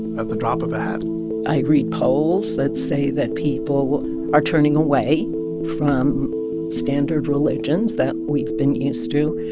at the drop of a hat i read polls that say that people are turning away from standard religions that we've been used to.